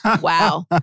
Wow